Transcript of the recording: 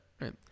Right